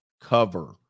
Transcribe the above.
cover